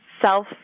self